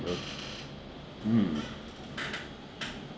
bro mm